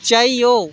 चाहे ओह्